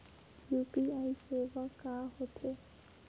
UPI सेवा का होथे?